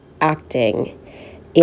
acting